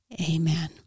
amen